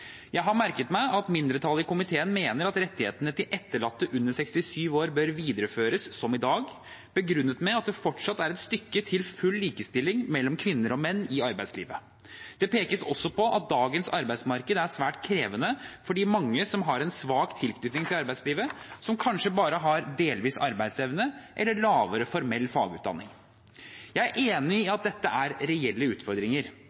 Jeg har merket meg at mindretallet i komiteen mener at rettighetene til etterlatte under 67 år bør videreføres som i dag, begrunnet med at det fortsatt er et stykke til full likestilling mellom kvinner og menn i arbeidslivet. Det pekes også på at dagens arbeidsmarked er svært krevende for de mange som har en svak tilknytning til arbeidslivet, som kanskje bare har delvis arbeidsevne eller lavere formell fagutdanning. Jeg er enig i at dette er reelle utfordringer,